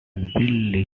billie